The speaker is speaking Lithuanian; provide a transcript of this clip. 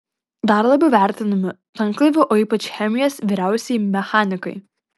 dar labiau vertinami tanklaivių o ypač chemijos vyriausieji mechanikai